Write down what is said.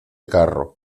carro